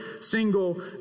single